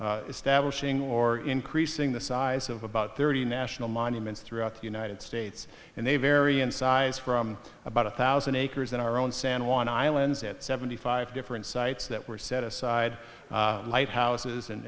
in establishing or increasing the size of about thirty national monuments throughout the united states and they vary in size from about a thousand acres in our own san juan islands at seventy five different sites that were set aside lighthouses and